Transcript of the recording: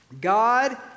God